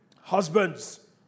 Husbands